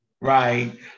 right